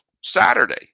Saturday